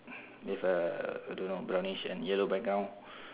with uh I don't know brownish and yellow background